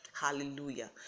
hallelujah